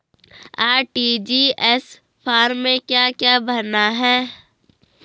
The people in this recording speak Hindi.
आर.टी.जी.एस फार्म में क्या क्या भरना है?